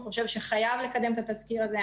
חושבת שחייבים לקדם את התזכיר הזה.